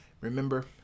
Remember